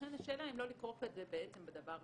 ולכן השאלה היא אם לא לכרוך את זה בדבר הבא,